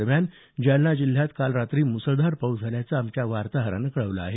दरम्यान जालना जिल्ह्यात काल रात्री मुसळधार पाऊस झाल्याचं आमच्या वार्ताहरानं कळवलं आहे